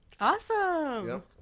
Awesome